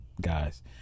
Guys